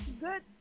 good